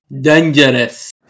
Dangerous